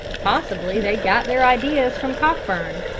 possibly they got their ideas from cockburn.